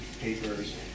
Papers